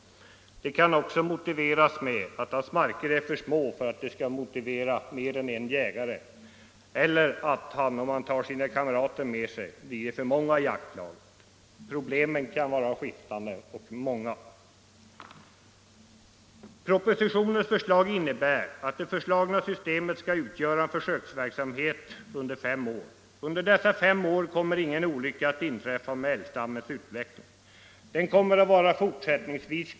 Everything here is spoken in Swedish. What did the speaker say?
Det kan motiveras med att hans marker är för små för att de skall bära mer än en jägare eller med att det, om han skall ta sina kamrater med sig, blir för många i jaktlaget. Problemen kan vara många och skiftande. I propositionen föreslås att det nya systemet skall utgöra en försöks verksamhet under fem år. Under denna tid kommer ingen olycka att inträffa med älgstammens utveckling. Den kommer att vara god även fortsättningsvis.